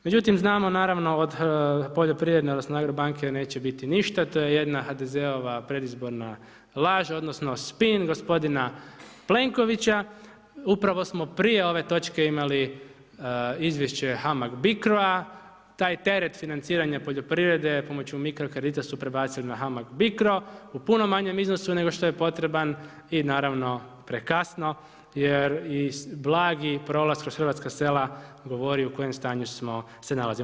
Međutim, znamo naravno od poljoprivrede, odnosno AGRO banke neće biti ništa, to je jedna HDZ-ova predizborna laž, odnosno, spin gospodina Plenkovića, upravo smo prije ove točke imali izvješće HAMAG BICRO-a taj teret financiranja poljoprivrede pomoću mikro kredita su prebacili na HAMAG BICRO u puno manjem iznosu nego što je potreban i naravno prekasno jer i blagi prolaz kroz hrvatska sela, govori u kojem stanju se nalazimo.